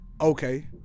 Okay